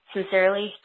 Sincerely